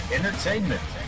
Entertainment